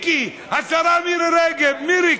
השרה מירי רגב: מיקי,